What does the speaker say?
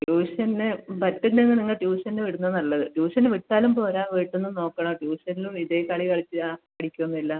ട്യൂഷന് പറ്റുന്നേ നിങ്ങൾ ട്യൂഷന് വിടുന്നതാണ് നല്ലത് ട്യൂഷന് വിട്ടാലും പോര വീട്ടിൽ നിന്ന് നോക്കണം ട്യൂഷനിലും ഇതേ കളി കളിച്ചാൽ പഠിക്കുക ഒന്നും ഇല്ല